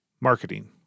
Marketing